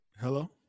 Hello